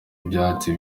ibyatsi